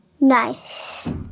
nice